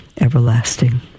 everlasting